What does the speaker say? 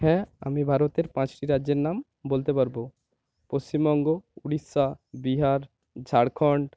হ্যাঁ আমি ভারতের পাঁচটি রাজ্যের নাম বলতে পারবো পশ্চিমবঙ্গ উড়িষ্যা বিহার ঝাড়খন্ড